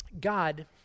God